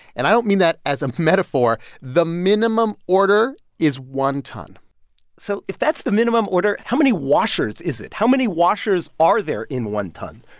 and i don't mean that as a metaphor. the minimum order is one ton so if that's the minimum order, how many washers is it? how many washers are there in one ton?